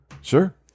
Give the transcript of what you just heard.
Sure